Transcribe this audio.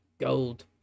Gold